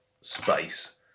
space